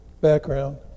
background